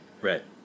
Right